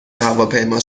هواپیما